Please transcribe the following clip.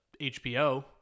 HBO